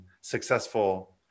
successful